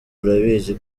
urabizi